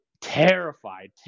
terrified